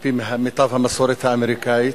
על-פי מיטב המסורת האמריקנית,